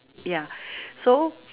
ya so